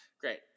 Great